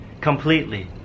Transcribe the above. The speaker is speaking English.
completely